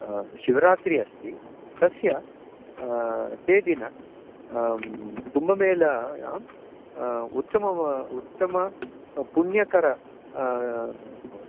शिवरात्रिः अस्ति तस्य तत् दिनं कुम्बमेलायाम् उत्तमम् उत्तमं पुण्यकरम्